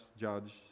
judge